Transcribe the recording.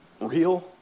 real